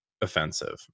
offensive